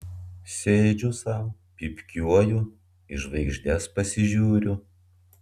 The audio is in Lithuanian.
sėdžiu sau pypkiuoju į žvaigždes pasižiūriu